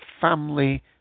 family